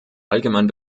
allgemein